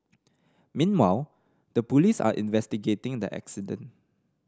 meanwhile the police are investigating the accident